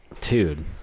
Dude